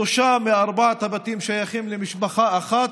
שלושה מארבעת הבתים שייכים למשפחה אחת,